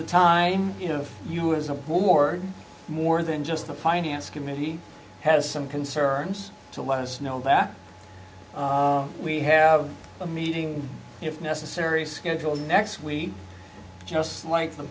the time of you has a board more than just the finance committee has some concerns to let us know that we have a meeting if necessary schedule next we just like the